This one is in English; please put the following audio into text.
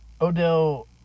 Odell